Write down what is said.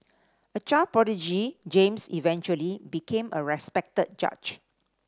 a child prodigy James eventually became a respected judge